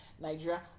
nigeria